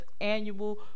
annual